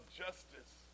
justice